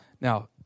Now